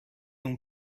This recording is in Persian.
اون